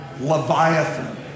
Leviathan